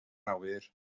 awyr